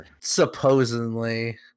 supposedly